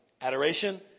Adoration